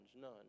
none